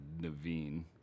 Naveen